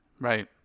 right